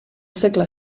segle